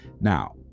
Now